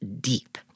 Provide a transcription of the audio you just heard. deep